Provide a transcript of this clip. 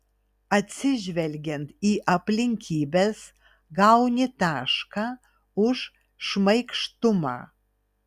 atsižvelgiant į aplinkybes gauni tašką už šmaikštumą